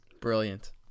Brilliant